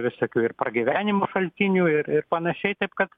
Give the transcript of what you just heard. visokių ir pragyvenimo šaltinių ir ir panašiai taip kad